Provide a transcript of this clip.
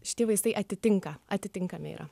šiti vaistai atitinka atitinkami yra